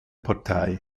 partei